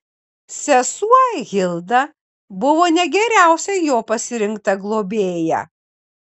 sesuo hilda buvo ne geriausia jo pasirinkta globėja